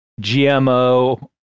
GMO